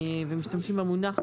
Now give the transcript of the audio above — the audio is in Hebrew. ומשתמשים במונח הזה.